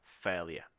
Failure